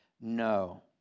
no